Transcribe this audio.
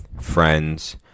friends